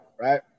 right